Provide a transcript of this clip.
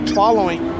following